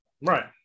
Right